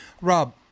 Rob